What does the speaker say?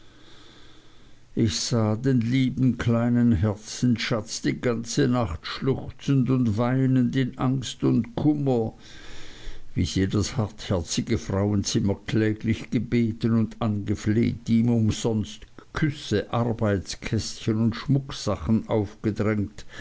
ich sah den lieben kleinen herzensschatz die ganze nacht schluchzend und weinend in angst und kummer wie sie das hartherzige frauenzimmer kläglich gebeten und angefleht ihm umsonst küsse arbeitskästchen und schmucksachen aufgedrängt